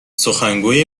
سخنگوی